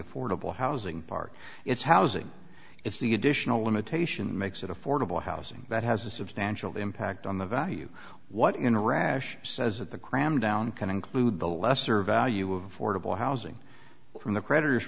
affordable housing part it's housing it's the additional limitation makes it affordable housing that has a substantial impact on the value what in a rash says that the cram down can include the lesser value of affordable housing from the creditors